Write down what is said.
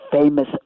famous